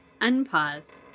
unpause